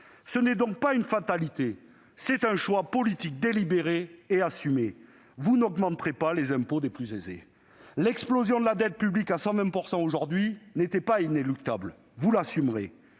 Ce n'est donc pas une fatalité, c'est un choix politique délibéré et assumé : vous n'augmenterez pas les impôts des plus riches. L'explosion de la dette publique à 120 % aujourd'hui n'était pas inéluctable ; vous l'assumerez.